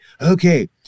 okay